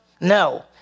No